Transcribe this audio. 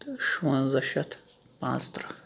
تہٕ شُوَنٛزاہ شَتھ پانٛژھ تٕرٛہ